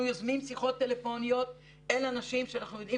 אנחנו יוזמים שיחות טלפוניות אל אנשים שאנחנו יודעים